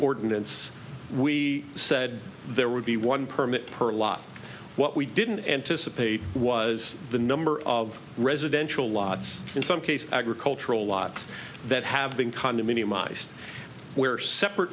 ordinance we said there would be one permit per lot what we didn't anticipate was the number of residential lots in some cases agricultural lots that have been condominium mice where separate